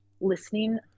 listening